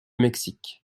mexique